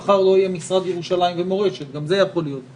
אם מחר לא יהיה משרד ירושלים ומורשת שזה גם יכול להיות,